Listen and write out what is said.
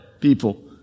people